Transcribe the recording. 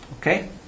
Okay